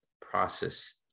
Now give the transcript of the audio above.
process